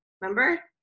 remember